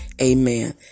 Amen